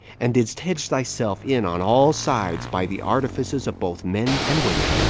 and didst hedge thyself in on all sides, by the artifices of both men and women,